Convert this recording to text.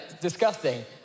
Disgusting